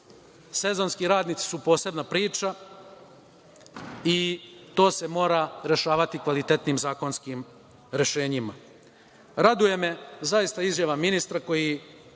Sezonski radnici su posebna priča i to se mora rešavati kvalitetnim zakonskim rešenjima. Raduje me izjava ministra koji